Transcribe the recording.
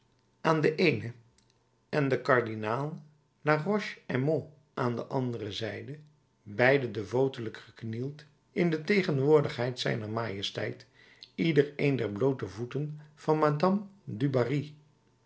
aan de eene en de kardinaal de la roche aymon aan de andere zijde beiden devotelijk geknield in de tegenwoordigheid zijner majesteit ieder een der bloote voeten van madame dubarry